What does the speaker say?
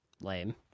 Lame